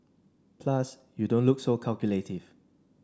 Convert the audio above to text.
plus you don't look so calculative